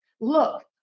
look